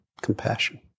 compassion